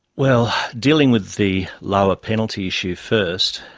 well, dealing with the lower penalty issue first,